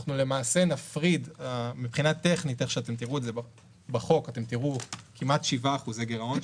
אנחנו נפריד מבחינה טכנית בחוק אתם תראו כמעט 7% גירעון,